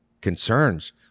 concerns